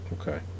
Okay